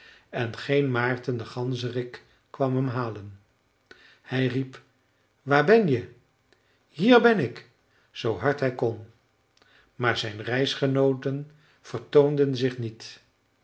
en geen maarten de ganzerik kwam hem halen hij riep waar ben je hier ben ik zoo hard hij kon maar zijn reisgenooten vertoonden zich niet